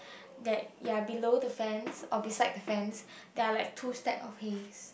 that ya below the fence or beside the fence there are like two stack of hays